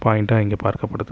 பாயிண்டாக இங்கே பார்க்கப்படுது